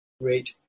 great